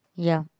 yeah